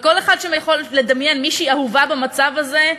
וכל אחד שם יכול לדמיין מישהי אהובה במצב הזה,